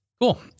Cool